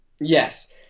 Yes